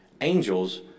angels